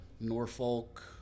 Norfolk